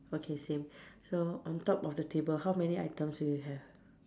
okay same so on top of the table how many items do you have